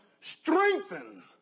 strengthen